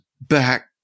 back